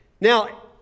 Now